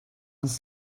ens